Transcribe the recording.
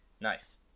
Nice